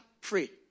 pray